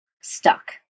stuck